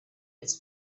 its